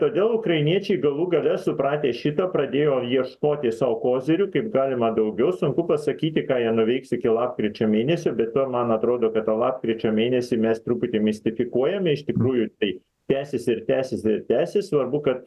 todėl ukrainiečiai galų gale supratę šito pradėjo ieškoti sau kozirių kaip galima daugiau sunku pasakyti ką jie nuveiks iki lapkričio mėnesio be to man atrodo kad tą lapkričio mėnesį mes truputį mistifikuojame iš tikrųjų tai tęsis ir tęsis ir tęsis svarbu kad